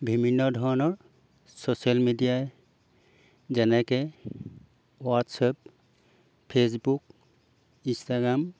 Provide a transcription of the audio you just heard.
বিভিন্ন ধৰণৰ ছ'চিয়েল মিডিয়াই যেনেকৈ হোৱাটছএপ ফেচবুক ইনষ্টাগ্ৰাম